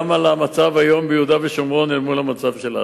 על המצב היום ביהודה ושומרון אל מול המצב בעזה.